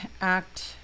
act